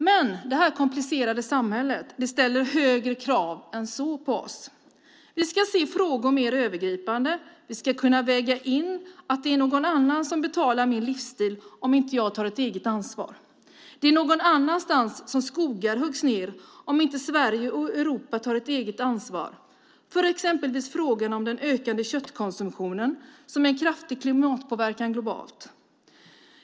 Men det här komplicerade samhället ställer högre krav än så på oss. Vi ska se frågor mer övergripande. Vi ska kunna väga in att det är någon annan som betalar vår livsstil om vi inte tar ett eget ansvar. Det är någon annanstans som skogar huggs ner om inte Sverige och Europa tar ett eget ansvar för exempelvis frågan om den ökande köttkonsumtionen, som utgör en kraftig klimatpåverkan globalt.